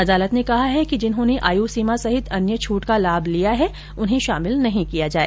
अदालत ने कहा है कि जिन्होंने आयु सीमा सहित अन्य छूट का लाभ लिया है उन्हें शामिल नहीं किया जाए